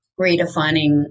redefining